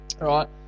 right